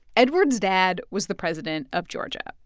eduard's dad was the president of georgia.